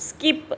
skip